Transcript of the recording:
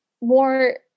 more